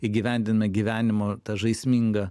įgyvendina gyvenimo ta žaismingą